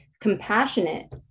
Compassionate